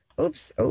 Oops